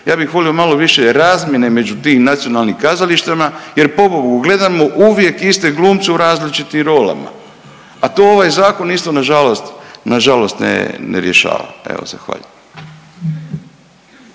ja bih volio malo više razmjene među tim nacionalnim kazalištima jer pobogu gledamo uvijek iste glumce u različitim rolama, a to ovaj zakon isto nažalost, nažalost ne, ne